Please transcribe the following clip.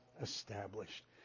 established